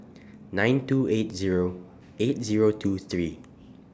nine two eight Zero eight Zero two three